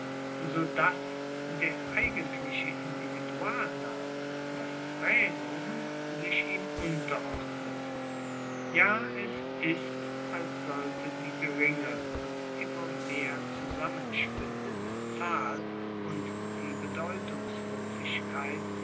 so dass der eigentliche individualname das praenomen sich ihm unterordnet ja es ist als sollte die geringe und immer mehr zusammenschwindende zahl und die bedeutungslosigkeit